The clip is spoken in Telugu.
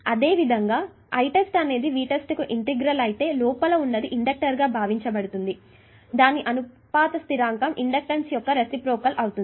అదే విదంగా Itest అనేది Vtest కు ఇంటెగ్రల్ అయితే లోపల ఉన్నది ఇండక్టర్ గా భావించబడుతుంది దాని అనుపాత స్థిరాంకం ఇండక్టెన్స్ యొక్క రెసిప్రోకల్ అవుతుంది